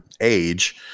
age